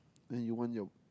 then you want your